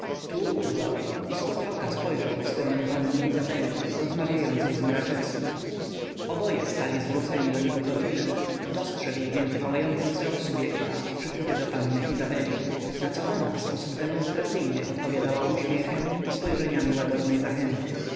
tu urwał i zpod oka spojrzał w stronę panny izabeli rozmawiającej z mraczewskim oboje stali zwróceni do niego profilem dostrzegł więc pałający wzrok subjekta przykuty do panny izabeli na co ona w sposób demonstracyjny odpowiadała uśmiechem i spojrzeniami łagodnej zachęty